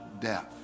death